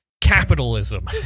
capitalism